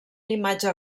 imatge